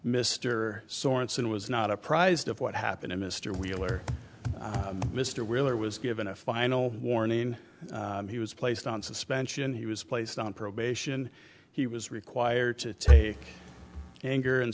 mr sorenson was not apprised of what happened in mr wheeler mr wheeler was given a final warning he was placed on suspension he was placed on probation he was required to take anger and